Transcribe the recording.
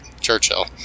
Churchill